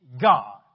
God